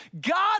God